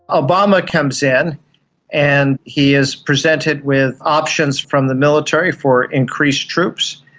obama comes in and he is presented with options from the military for increased troops.